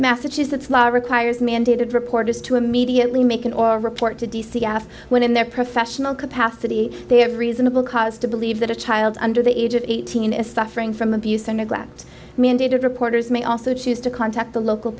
massachusetts law requires mandated reporters to immediately make an oral report to d c s when in their professional capacity they have reasonable cause to believe that a child under the age of eighteen is suffering from abuse and neglect mandated reporters may also choose to contact the local